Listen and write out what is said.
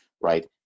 right